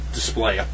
display